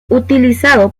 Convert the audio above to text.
utilizado